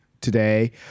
today